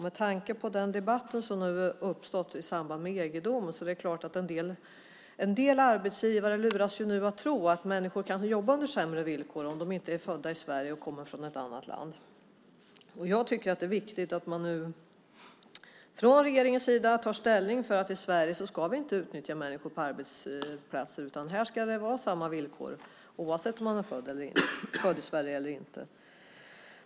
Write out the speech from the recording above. Med tanke på den debatt som nu uppstått i samband med EG-domen är det klart att en del arbetsgivare nu luras att tro att människor kan jobba under sämre villkor om de inte är födda i Sverige och kommer från ett annat land. Det är viktigt att man från regeringens sida tar ställning för att vi i Sverige inte ska utnyttja människor på arbetsplatser. Här ska det vara samma villkor, oavsett om man är född i Sverige eller inte.